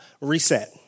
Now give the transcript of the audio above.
Reset